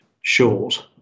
short